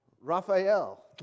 Raphael